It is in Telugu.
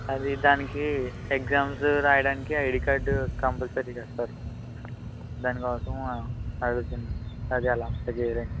అది దానికి ఎగ్జామ్స్ రాయడానికి ఐడి కార్డు కంపల్సరీ కదా సార్ దాని కోసం అడుగుతున్నా అది ఎలా అప్లై చెయ్యాలని